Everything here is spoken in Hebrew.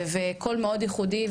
וקול מאוד ייחודי,